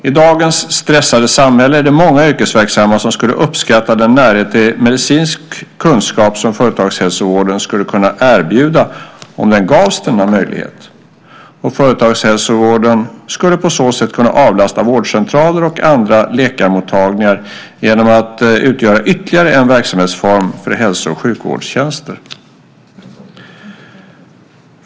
I dagens stressade samhälle är det många yrkesverksamma som skulle uppskatta den närhet till medicinsk kunskap som företagshälsovården skulle kunna erbjuda om den gavs denna möjlighet. Företagshälsovården skulle på så sätt kunna avlasta vårdcentraler och andra läkarmottagningar genom att utgöra ytterligare en verksamhetsform för hälso och sjukvårdstjänster.